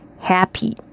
happy